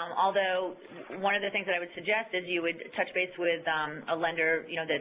um although one of the things that i would suggest is you would touch base with a lender you know that